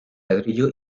ladrillo